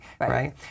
Right